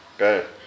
Okay